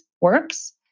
works